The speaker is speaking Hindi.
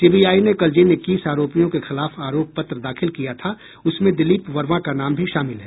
सीबीआई ने कल जिन इक्कीस आरोपियों के खिलाफ आरोप पत्र दाखिल किया था उसमें दिलीप वर्मा का नाम भी शामिल है